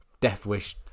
Deathwish